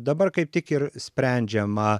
dabar kaip tik ir sprendžiama